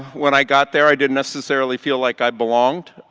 when i got there, i didn't necessarily feel like i belonged.